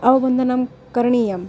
अवबन्धनं करणीयम्